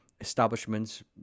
establishments